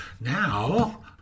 Now